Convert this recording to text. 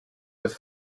with